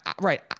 Right